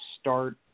start